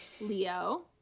Leo